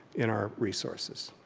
in our resources.